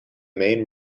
main